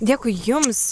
dėkui jums